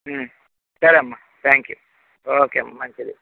సరేమ్మా thank you okay అమ్మ మంచిది